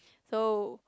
so